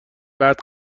بعد